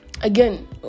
again